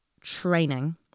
training